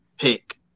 pick